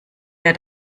der